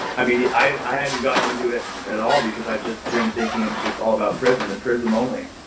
i mean, i haven't gotten into it at all because i've just been thinking it's just all about prizm and prizm only.